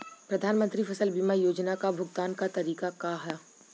प्रधानमंत्री फसल बीमा योजना क भुगतान क तरीकाका ह?